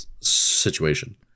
situation